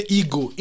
ego